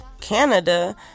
Canada